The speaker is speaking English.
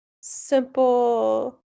simple